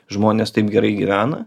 žmonės taip gerai gyvena